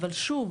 אבל שוב,